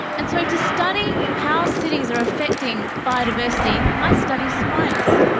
and so to study how cities are affecting biodiversity, i study spiders.